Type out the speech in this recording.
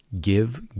Give